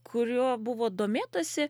kuriuo buvo domėtasi